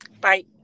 Bye